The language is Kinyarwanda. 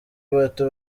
bato